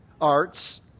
arts